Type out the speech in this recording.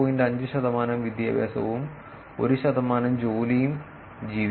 5 വിദ്യാഭ്യാസവും 1 ശതമാനം ജോലിയും ജീവിച്ചു